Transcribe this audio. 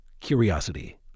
curiosity